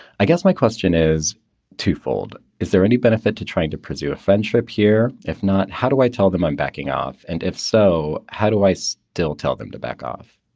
i guess my question is twofold. is there any benefit to trying to preserve friendship here? if not, how do i tell them i'm backing off? and if so, how do i still tell them to back off?